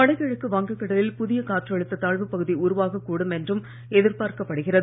வடகிழக்கு வங்கக் கடலில் புதிய காற்றழுத்தத் தாழ்வுப் பகுதி உருவகக் கூடும் என்றும் எதிர்பார்க்கப் படுகிறது